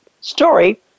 story